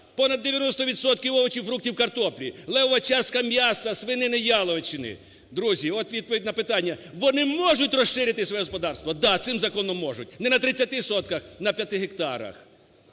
відсотків овочів, фруктів, картоплі, левова частка м'яса свинини, яловичини. Друзі, от відповідь на питання, вони можуть розширити своє господарство. Да, цим законом можуть. Не на 30 сотках, на 5 гектарах.